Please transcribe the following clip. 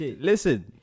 listen